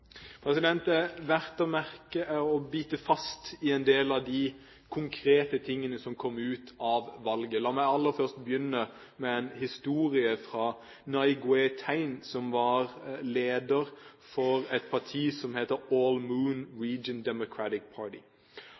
Det er verdt å merke seg en del av de konkrete tingene som kom ut av valget. La meg først begynne med en historie fra Nai Ngwe Thein, som var leder for et parti som heter All Mon Region